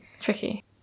tricky